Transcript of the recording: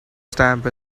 stamp